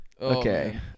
Okay